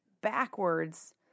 backwards